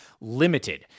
limited